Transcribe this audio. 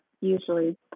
usually